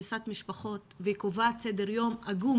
הריסת משפחות והיא קובעת סדר יום עגום